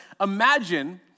imagine